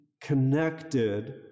connected